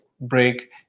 break